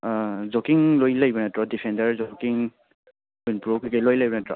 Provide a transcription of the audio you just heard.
jogging ꯂꯣꯏ ꯂꯩꯕ ꯅꯠꯇ꯭ꯔꯣ ꯗꯤꯐꯦꯟꯗꯔ ꯖꯣꯒꯤꯡ ꯋꯤꯟꯄ꯭ꯔꯨꯞ ꯀꯔꯤ ꯀꯔꯤ ꯂꯣꯏꯅ ꯂꯩꯕ ꯅꯠꯇ꯭ꯔꯣ